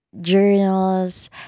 Journals